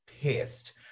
pissed